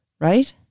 right